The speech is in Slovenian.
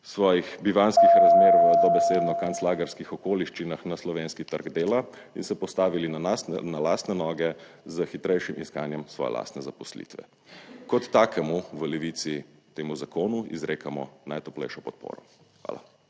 svojih bivanjskih razmer v dobesedno kanclagerskih okoliščinah na slovenski trg dela in se postavili na lastne noge s hitrejšim iskanjem svoje lastne zaposlitve. Kot takemu v Levici temu zakonu izrekamo najtoplejšo podporo. Hvala.